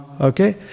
okay